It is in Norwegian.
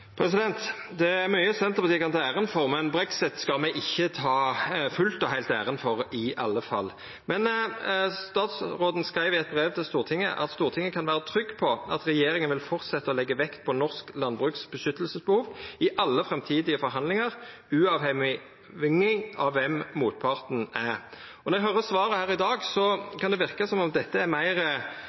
Det er mykje Senterpartiet kan ta æra for, men brexit skal me ikkje ta fullt og heilt æra for i alle fall. Statsråden skreiv i eit brev til Stortinget: «Stortinget kan være trygg på at regjeringen vil fortsette å legge vekt på norsk landbruks beskyttelsesbehov i alle fremtidige forhandlinger, uavhengig av hvem motparten er.» Når eg høyrer svaret her i dag, kan det verka som om dette er meir